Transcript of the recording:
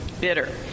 bitter